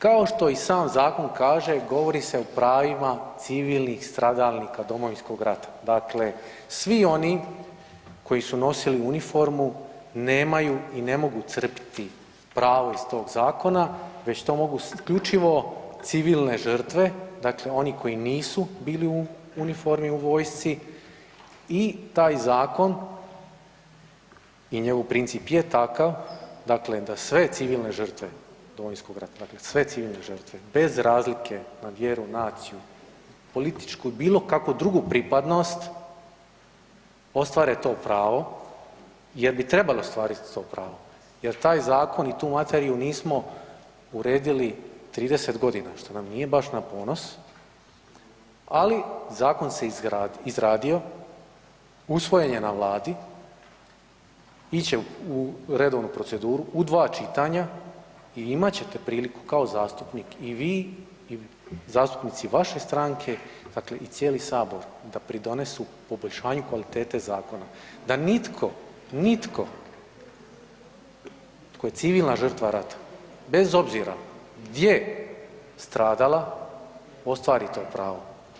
Kao što i sam zakon kaže, govori se o pravima civilnih stradalnika Domovinskog rata, dakle svi oni koji su nosili uniformu nemaju i ne mogu crpiti pravo iz tog zakona već to mogu isključivo civilne žrtve, dakle oni koji nisu bili u uniformi u vojsci i taj zakon i njegov princip je takav, dakle da sve civilne žrtve Domovinskog rata, dakle sve civilne žrtve, bez razlike na vjeru, naciju, političku ili bilo kakvu drugu pripadnost, ostvare to pravo jer bi trebalo ostvariti to pravo jer taj zakon i tu materiju nismo uredili 30 godina, što nam nije baš na ponos, ali zakon se izradio, usvojen je na Vladi, ići će u redovnu proceduru u 2 čitanja i imat ćete priliku kao zastupnik i vi i zastupnici vaše stranke, dakle i cijeli Sabor da pridonesu poboljšanju kvalitete zakona, da nitko, nitko, tko je civilna žrtva rata, bez obzira gdje stradala, ostvari to pravo.